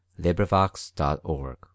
LibriVox.org